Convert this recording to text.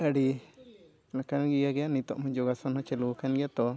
ᱟᱹᱰᱤ ᱞᱮᱠᱟᱱ ᱤᱭᱟᱹ ᱜᱮ ᱱᱤᱛᱚᱜ ᱦᱚᱸ ᱡᱳᱜᱟᱥᱚᱱ ᱫᱚ ᱪᱟᱹᱞᱩ ᱟᱠᱟᱱ ᱜᱮᱭᱟ ᱛᱚ